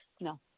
no